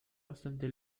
bastante